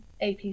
AP